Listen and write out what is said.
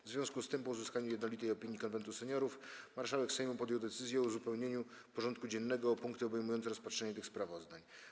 W związku z tym, po uzyskaniu jednolitej opinii Konwentu Seniorów, marszałek Sejmu podjął decyzję o uzupełnieniu porządku dziennego o punkty obejmujące rozpatrzenie tych sprawozdań.